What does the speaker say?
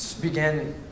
began